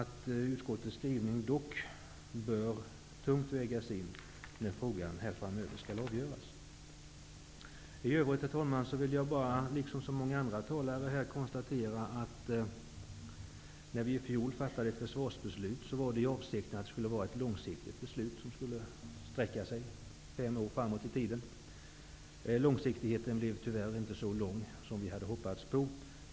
Utskottets skrivning bör väga tungt, när detta ärende framöver skall avgöras. I övrigt vill jag liksom många andra talare här konstatera att det försvarsbeslut som vi i fjol fattade var avsett att vara ett långsiktigt beslut, som skulle sträcka sig fem år framåt i tiden. Långsiktigheten blev tyvärr inte så lång som vi hade hoppats.